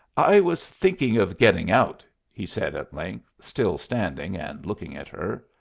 i was thinking of getting out, he said at length, still standing and looking at her.